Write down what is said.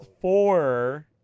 four